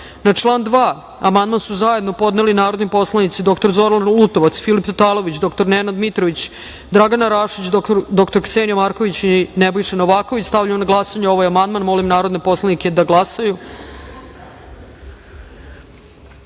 član 2. amandman su zajedno podneli narodni poslanici dr. Zoran Lutovac, Filip Tatalović, dr. Nenad Mitrović, Dragana Rašić, dr. Ksenija Marković i Nebojša Novaković. Stavljam na glasanje ovaj amandman. Molim narodne poslanike da pritisnu